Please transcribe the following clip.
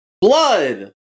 Blood